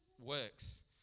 works